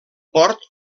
port